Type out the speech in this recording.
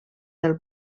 del